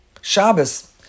Shabbos